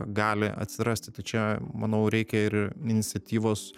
gali atsirasti tai čia manau reikia ir iniciatyvos